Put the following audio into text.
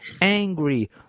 angry